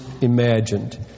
imagined